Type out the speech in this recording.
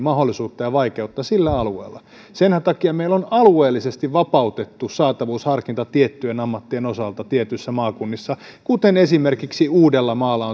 mahdollisuutta ja vaikeutta sillä alueella senhän takia meillä on alueellisesti vapautettu saatavuusharkinta tiettyjen ammattien osalta tietyissä maakunnissa kuten esimerkiksi uudellamaalla